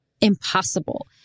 impossible